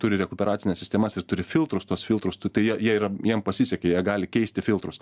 turi rekuperacines sistemas ir turi filtrus tuos filtrus tai jie jie yra jiem pasisekė jie gali keisti filtrus